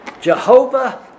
Jehovah